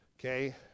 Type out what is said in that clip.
okay